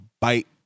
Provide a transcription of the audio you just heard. bite